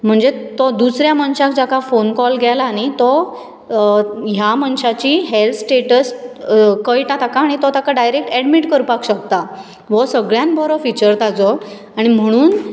म्हणजे तो दुसऱ्या मनशाक जाका फोन कॉल गेला न्ही तो ह्या मनशाची हॅल्थ स्टेटस कळटा ताका आनी तो ताका डायरॅक्ट एडमीट करपा शकता वो सगळ्यांन बरो फिचर ताचो आनी म्हणून